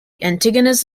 antigonus